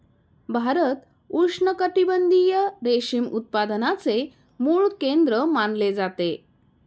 भारत उष्णकटिबंधीय रेशीम उत्पादनाचे मूळ केंद्र मानले जाते